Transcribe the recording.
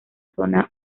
zona